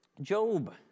Job